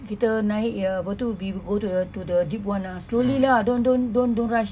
kita naik yang apa tu go to the to the deep one ah slowly lah don't don't don't don't rush